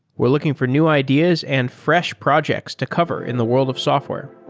we're looking for new ideas and fresh projects to cover in the world of software